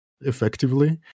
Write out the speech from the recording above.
effectively